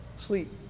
Sleep